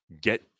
get